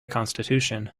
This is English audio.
constitution